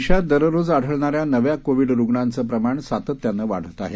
देशात दररोज आढळणाऱ्या नव्या कोविड रुग्णांचं प्रमाण सातत्यानं वाढत आहे